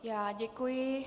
Já děkuji.